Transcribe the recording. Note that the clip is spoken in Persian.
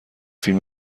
فیلم